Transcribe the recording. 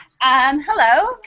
Hello